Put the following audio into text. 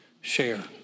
share